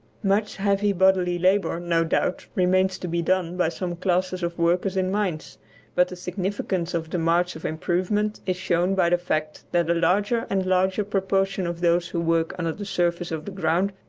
much heavy bodily labour, no doubt, remains to be done by some classes of workers in mines but the significance of the march of improvement is shown by the fact that a larger and larger proportion of those who work under the surface of the ground,